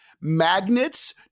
Magnets